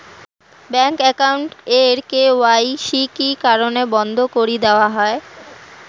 Bank account এর KYC কি কি কারণে বন্ধ করি দেওয়া হয়?